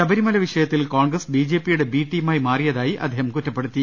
ശബരിമല വിഷയ ത്തിൽ കോൺഗ്രസ് ബിജെപിയുടെ ബി ടീമായി മാറിയതായി അദ്ദേഹം കുറ്റപ്പെടുത്തി